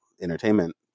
entertainment